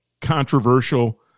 controversial